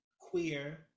queer